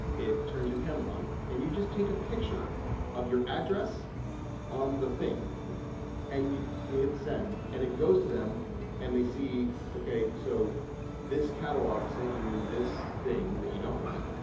it turns your camera on, and you just take a picture of your address on the thing and you hit send and it goes to them and they see, okay, so this catalog sent you this thing that you don't want,